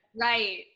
right